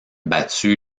battu